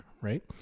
right